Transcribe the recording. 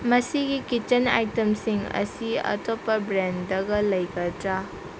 ꯃꯁꯤꯒꯤ ꯀꯤꯆꯟ ꯑꯥꯏꯇꯦꯝꯁꯤꯡ ꯑꯁꯤ ꯑꯇꯣꯞꯄ ꯕ꯭ꯔꯥꯟꯗꯒ ꯂꯩꯒꯗ꯭ꯔꯥ